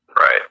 Right